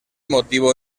motivo